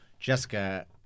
Jessica